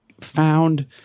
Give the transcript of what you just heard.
found